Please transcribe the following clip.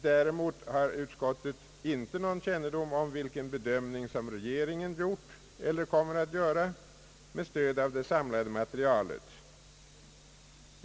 Däremot har utskottet inte någon kännedom om vilken bedömning regeringen har gjort eller kommer att göra med stöd av det samlade materialet.